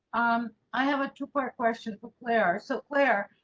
i have a two part question for claire. so claire